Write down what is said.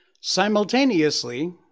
Simultaneously